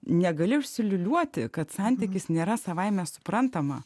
negali užsiliūliuoti kad santykis nėra savaime suprantama